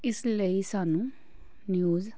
ਇਸ ਲਈ ਸਾਨੂੰ ਨਿਊਜ਼